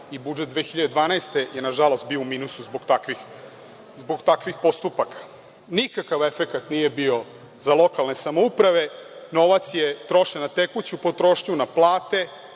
i budžet 2012. godine je bio u minusu zbog takvih postupaka. Nikakav efekat nije bio za lokalne samouprave. Novac je trošen na tekuću potrošnju, na plate,